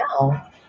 now